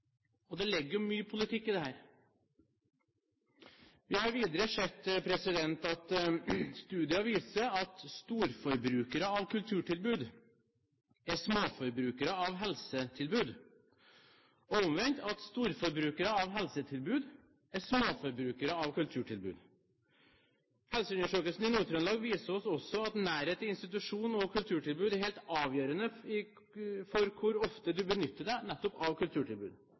Og det ligger jo mye politikk i dette. Vi har videre sett at studier viser at storforbrukere av kulturtilbud er småforbrukere av helsetilbud. Og omvendt: Storforbrukere av helsetilbud er småforbrukere av kulturtilbud. Helseundersøkelsen i Nord-Trøndelag viser oss også at nærhet til institusjon og kulturtilbud er helt avgjørende for hvor ofte man benytter seg nettopp av kulturtilbud.